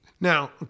Now